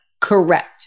Correct